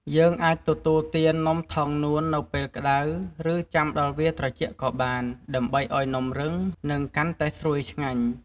យើងអាចទទួលទាននំថងនួននៅពេលក្តៅ ឬចាំដល់វាត្រជាក់ក៏បាន ដើម្បីឱ្យនំរឹង និងកាន់តែស្រួយឆ្ងាញ់។